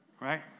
right